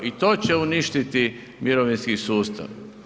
I to će uništiti mirovinski sustav.